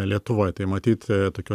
lietuvoj tai matyt tokio